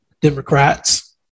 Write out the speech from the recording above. Democrats